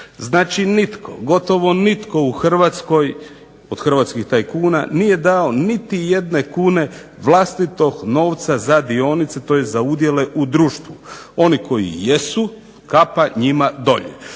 Znači nitko, gotovo nitko u Hrvatskoj od hrvatskih tajkuna nije dao niti jedne kune vlastitog novca za dionice, tj. za udjele u društvu. Oni koji jesu kapa njima dolje.